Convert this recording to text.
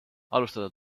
alustada